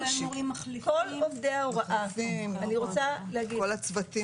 כל עובדי ההוראה אני מדגישה אותם